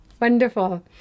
Wonderful